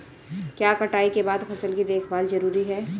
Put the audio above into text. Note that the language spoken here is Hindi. क्या कटाई के बाद फसल की देखभाल जरूरी है?